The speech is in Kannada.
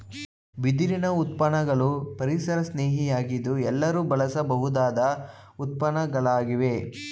ಬಿದಿರಿನ ಉತ್ಪನ್ನಗಳು ಪರಿಸರಸ್ನೇಹಿ ಯಾಗಿದ್ದು ಎಲ್ಲರೂ ಬಳಸಬಹುದಾದ ಉತ್ಪನ್ನಗಳಾಗಿವೆ